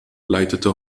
leitete